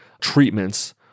treatments